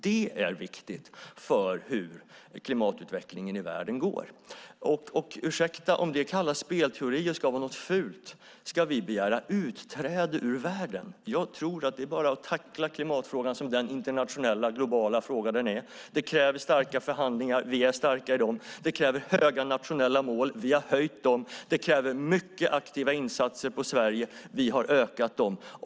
Det är viktigt för hur klimatutvecklingen i världen går. Ursäkta, men om det kallas spelteorier och ska vara något fult, ska vi då begära utträde ur världen? Jag tror att det bara är att tackla klimatfrågan som den internationella globala fråga den är. Det kräver starka förhandlingar, och vi är starka i dem. Det kräver höga internationella mål, och vi har höjt dem. Det kräver mycket aktiva insatser i Sverige. Vi har ökat dem.